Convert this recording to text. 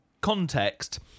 context